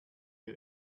you